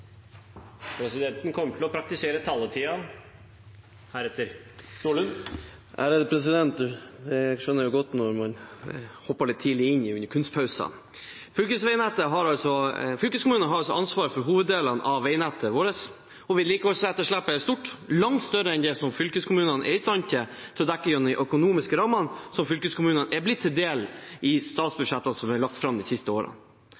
Presidenten kommer til å praktisere taletiden heretter. Det skjønner jeg godt – når man hopper litt tidlig inn under kunstpausene. Fylkeskommunene har ansvaret for hoveddelen av veinettet vårt. Vedlikeholdsetterslepet er stort, langt større enn det fylkeskommunene er i stand til å dekke gjennom de økonomiske rammene som er blitt dem til del i statsbudsjettene som er lagt fram de siste